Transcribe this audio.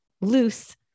loose